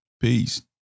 Peace